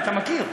אתה מכיר.